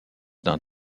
d’un